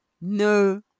No